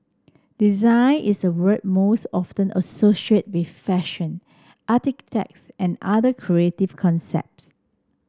design is a word most often associated with fashion and other creative concepts